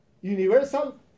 Universal